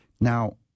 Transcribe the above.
Now